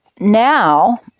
now